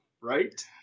right